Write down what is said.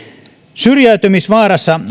syrjäytymisvaarassa